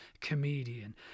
comedian